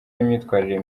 n’imyitwarire